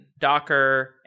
Docker